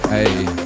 Hey